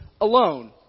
alone